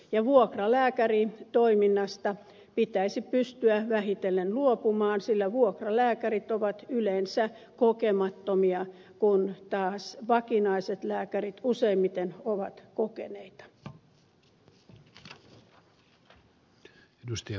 ja vuokralääkäritoiminnasta pitäisi pystyä vähitellen luopumaan sillä vuokralääkärit ovat yleensä kokemattomia kun taas vakinaiset lääkärit useimmiten ovat kokeneita